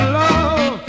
love